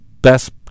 best